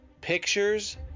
pictures